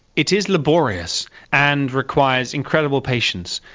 it is laborious and requires incredible patience.